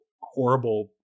horrible